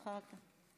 חבריי,